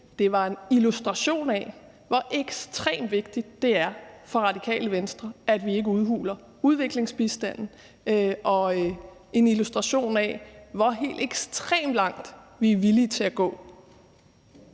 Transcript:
Det var en illustration af, hvor ekstremt vigtigt det er for Radikale Venstre, at vi ikke udhuler udviklingsbistanden, og det var en illustration af, hvor helt ekstremt langt vi er villige til at gå.